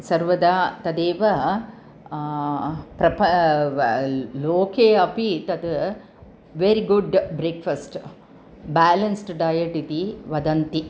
सर्वदा तदेव प्रपा लोके अपि तत् वेरिगुड् ब्रेक्फ़स्ट् बालेन्स्ड् डयट् इति वदन्ति